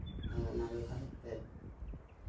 ᱟᱨ ᱚᱱᱟ ᱵᱮᱵᱦᱟᱨ ᱠᱟᱛᱮᱫ